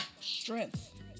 strength